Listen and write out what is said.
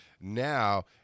Now